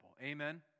Amen